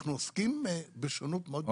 אנחנו עוסקים בשונות מאוד גדולה.